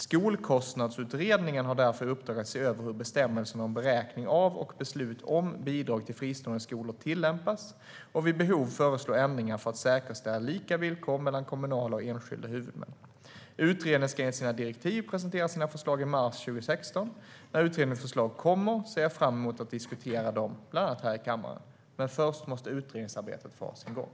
Skolkostnadsutredningen har därför i uppdrag att se över hur bestämmelserna om beräkning av och beslut om bidrag till fristående skolor tillämpas och vid behov föreslå ändringar för att säkerställa lika villkor mellan kommunala och enskilda huvudmän. Utredningen ska enligt sina direktiv presentera sina förslag i mars 2016. När utredningens förslag kommer ser jag fram emot att diskutera dem, bland annat här i kammaren. Men först måste utredningsarbetet få ha sin gång.